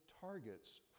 targets